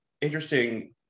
interesting